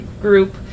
group